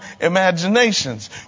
imaginations